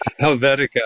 Helvetica